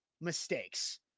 mistakes